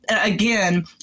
again